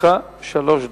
לרשותך שלוש דקות.